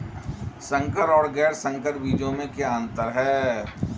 संकर और गैर संकर बीजों में क्या अंतर है?